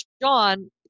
John